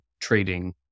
trading